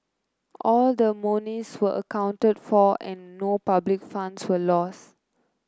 all the monies were accounted for and no public funds were lost